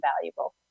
valuable